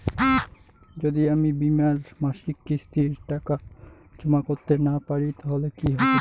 যদি আমি বীমার মাসিক কিস্তির টাকা জমা করতে না পারি তাহলে কি হবে?